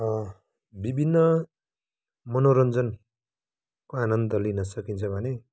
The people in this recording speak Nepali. विभिन्न मनोरञ्जन आनन्द लिन सकिन्छ भने